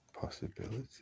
possibility